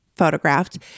Photographed